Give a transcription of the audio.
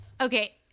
okay